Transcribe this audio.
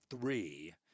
three